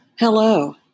Hello